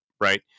right